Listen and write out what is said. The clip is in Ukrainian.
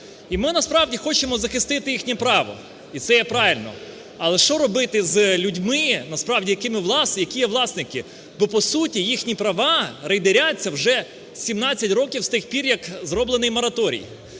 І ми насправді хочемо захистити їхнє право, і це є правильно. Але що робити з людьми насправді, які є власники? Бо, по суті, їхні права рейдеряться вже 17 років з тих пір як зроблений мораторій?